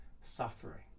suffering